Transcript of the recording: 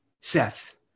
Seth